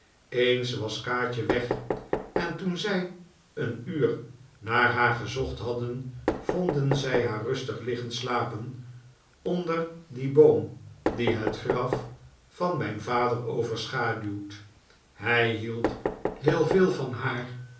eens was kaatje weg en toen zij een uur naar haar gezocht hadden vonden zij haar rustig liggen slapen onder dien boom die het graf van mijn vader overschaduwt hij hield heel veel van haar